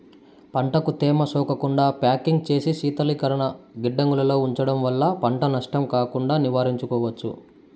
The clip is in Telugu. పంటకు తేమ సోకకుండా ప్యాకింగ్ చేసి శీతలీకరణ గిడ్డంగులలో ఉంచడం వల్ల పంట నష్టం కాకుండా నివారించుకోవచ్చు